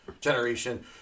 Generation